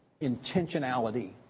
intentionality